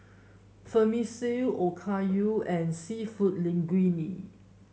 Vermicelli Okayu and seafood Linguine